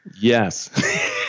yes